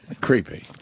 creepy